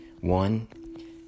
one